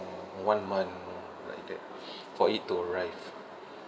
one month like that for it to arrive